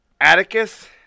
Atticus